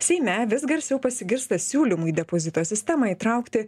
seime vis garsiau pasigirsta siūlymų į depozito sistemą įtraukti